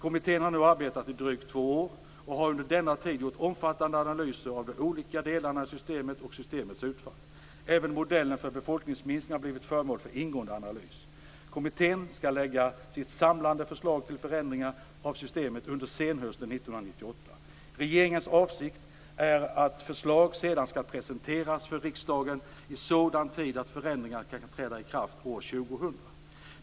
Kommittén har nu arbetat i drygt två år och har under denna tid gjort omfattande analyser av de olika delarna i systemet och av systemets utfall. Även modellen för befolkningsminskning har blivit föremål för en ingående analys. Kommittén skall lägga sitt samlade förslag till förändringar av systemet under senhösten 1998. Regeringens avsikt är att förslag sedan skall presenteras för riksdagen i sådan tid att förändringar kan träda i kraft år 2000.